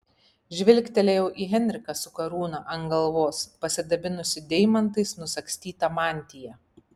žvilgtelėjau į henriką su karūna ant galvos pasidabinusį deimantais nusagstyta mantija